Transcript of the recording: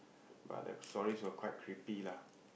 but the stories were quite creepy lah